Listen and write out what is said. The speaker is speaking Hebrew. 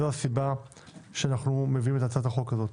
זו הסיבה שאנו מביאים את הצעת החוק הזו.